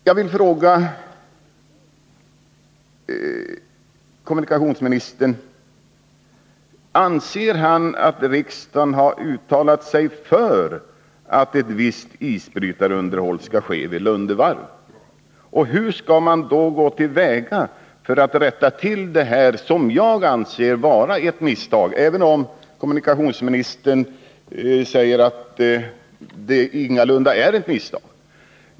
Jag vill fråga kommunikationsministern: Anser kommunikationsministern att riksdagen har uttalat sig för att ett visst isbrytarunderhåll skall ske vid Lunde Varv? Och hur skall man då gå till väga för att rätta till detta, som jag anser vara ett misstag, även om kommunikationsministern säger att det ingalunda är ett misstag?